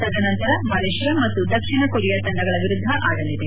ತದನಂತರ ಮಲೇಷಿಯಾ ಮತ್ತು ದಕ್ಷಿಣ ಕೊರಿಯಾ ತಂಡಗಳ ವಿರುದ್ದ ಆಡಲಿದೆ